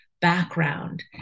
background